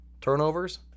Turnovers